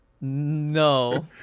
no